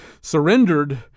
surrendered